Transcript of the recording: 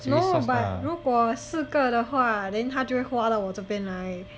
no but 如果四个的话 then 他就会画到我这边来